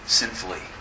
sinfully